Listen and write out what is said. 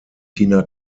tina